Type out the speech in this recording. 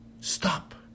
stop